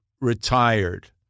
retired